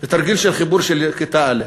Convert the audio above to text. תרגיל של חיבור של כיתה א':